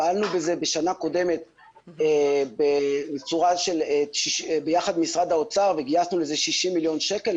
פעלנו בזה בשנה קודמת ביחס עם משרד האוצר וגייסנו לזה 60 מיליון שקלים.